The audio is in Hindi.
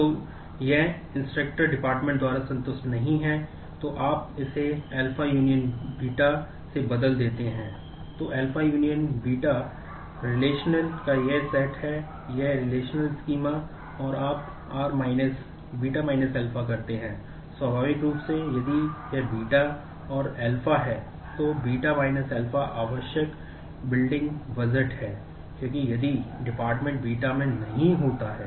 यह inst dept द्वारा संतुष्ट नहीं है